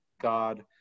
God